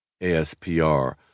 ASPR